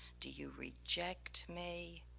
do you reject me?